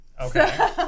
okay